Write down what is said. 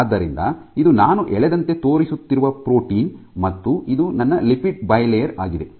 ಆದ್ದರಿಂದ ಇದು ನಾನು ಎಳೆದಂತೆ ತೋರಿಸುತ್ತಿರುವ ಪ್ರೋಟೀನ್ ಮತ್ತು ಇದು ನನ್ನ ಲಿಪಿಡ್ ಬಯಲೇಯರ್ ಆಗಿದೆ